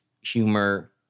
humor